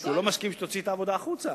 הוא לא מסכים שתוציא את העבודה החוצה,